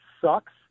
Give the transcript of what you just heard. sucks